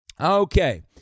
Okay